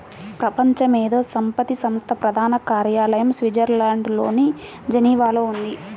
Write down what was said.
ప్రపంచ మేధో సంపత్తి సంస్థ ప్రధాన కార్యాలయం స్విట్జర్లాండ్లోని జెనీవాలో ఉంది